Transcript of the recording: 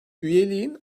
üyeliğin